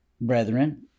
Brethren